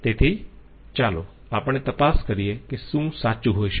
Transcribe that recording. તેથી ચાલો આપણે તપાસ કરીયે કે શું સાચું હોઈ શકે